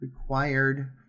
required